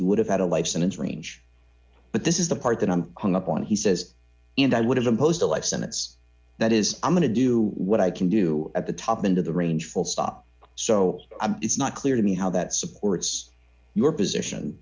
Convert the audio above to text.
he would have had a life sentence range but this is the part that i'm hung up on he says and i would have imposed a life sentence that is i'm going to do what i can do at the top into the range full stop so it's not clear to me how that supports your position